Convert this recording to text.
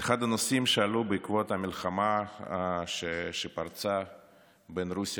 אחד הנושאים שעלו בעקבות המלחמה שפרצה בין רוסיה